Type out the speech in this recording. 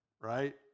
right